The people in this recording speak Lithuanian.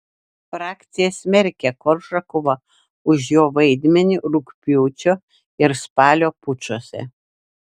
frakcija smerkia koržakovą už jo vaidmenį rugpjūčio ir spalio pučuose